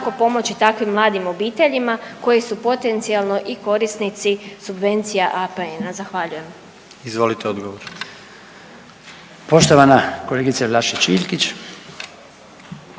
pomoći takvim mladim obiteljima koje su potencijalno i korisnici subvencija APN-a? Zahvaljujem. **Jandroković, Gordan (HDZ)** Izvolite